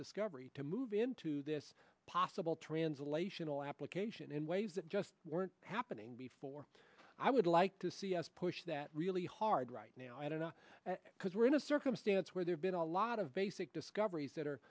discovery to move into this possible translational application in ways that just weren't happening before i would like to see as push that really hard right now i don't know because we're in a circumstance where there's been a lot of basic discoveries that